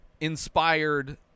inspired